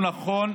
הוא הנכון,